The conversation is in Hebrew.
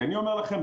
כי אני אומר לכם,